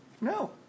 no